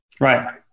Right